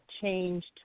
changed